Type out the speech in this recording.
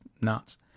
nuts